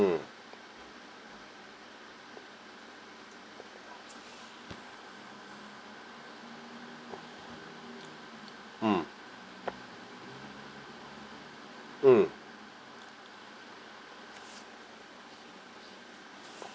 hmm mm mm